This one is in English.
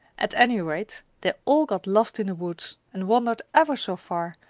at any rate, they all got lost in the woods and wandered ever so far,